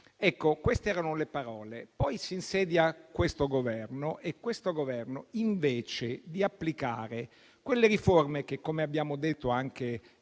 Ecco, queste erano le parole. Poi si insedia questo Governo che non ritiene di applicare quelle riforme che - come abbiamo detto anche